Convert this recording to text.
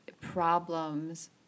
problems